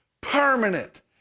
permanent